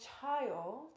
child